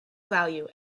value